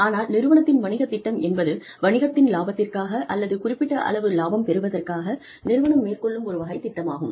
ஆனால் நிறுவனத்தின் வணிகத்திட்டம் என்பது வணிகத்தின் லாபத்திற்காக அல்லது குறிப்பிட்ட அளவு லாபம் பெறுவதற்காக நிறுவனம் மேற்கொள்ளும் ஒரு வகை திட்டமாகும்